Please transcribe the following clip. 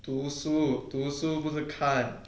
读书读书不是看